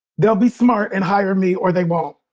they'll be smart and hire me or they won't